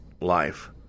life